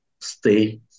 stay